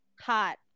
Hot